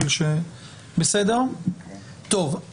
טוב,